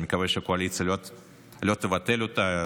אני מקווה שהקואליציה לא תבטל אותה,